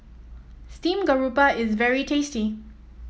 Steamed Garoupa is very tasty